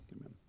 Amen